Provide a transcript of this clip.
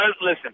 listen